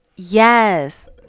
Yes